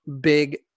big